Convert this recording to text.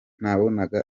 nabonaga